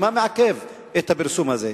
מה מעכב את הפרסום הזה?